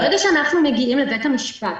כשאנחנו מגיעים לבית המשפט